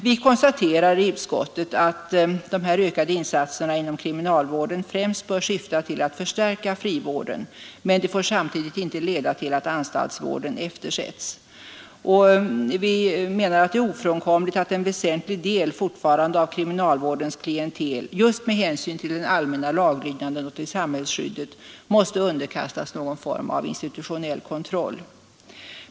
Vi konstaterar i utskottet att de ökade insatserna inom kriminalvården främst bör syfta till att förstärka frivården, men det får samtidigt inte leda till att anstaltsvården eftersättes. Vi menar att det är ofrånkomligt att en väsentlig del av kriminalvårdens klientel just med hänsyn till den allmänna laglydnaden och samhällsskyddet fortfarande måste underkastas någon form av institutionell kontroll.